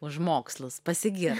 už mokslus pasigir